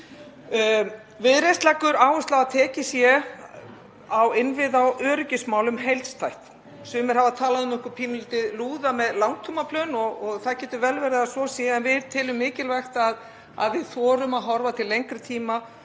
Viðreisn leggur áherslu á að tekið sé á innviða- og öryggismálum heildstætt. Sumir hafa talað um okkur pínulítið sem lúða með langtímaplön og það getur vel verið að svo sé en við teljum mikilvægt að við þorum að horfa til lengri tíma,